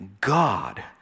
God